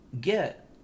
get